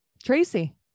Tracy